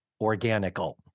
organical